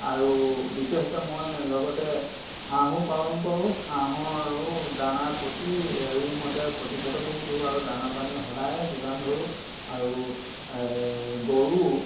আৰু বিশেষকৈ মই লগতে হাঁহো পালন কৰোঁ হাঁহৰো দানা প্ৰতি হেৰি মতে প্ৰতিষেধকো দিওঁ আৰু দানা পানী সদায় যোগান ধৰোঁ আৰু গৰু